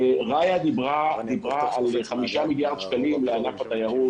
רעיה עדני דיר על 5 מיליארד שקלים לענף התיירות.